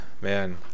man